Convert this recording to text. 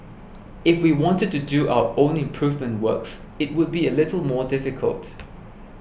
if we wanted to do our own improvement works it would be a little more difficult